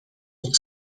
tot